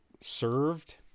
served